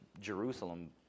Jerusalem